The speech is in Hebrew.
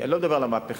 אני לא מדבר על המהפכה,